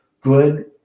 good